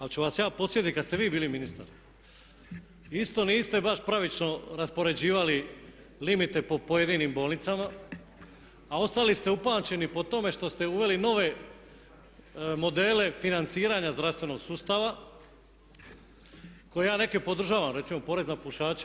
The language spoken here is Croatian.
Ali ću vas ja podsjetiti kad ste vi bili ministar isto niste baš pravično raspoređivali limite po pojedinim bolnicama a ostali ste upamćeni po tome što ste uveli nove modele financiranja zdravstvenog sustava koje ja neke podržavam, recimo porez na pušače.